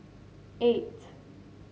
eight